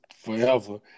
forever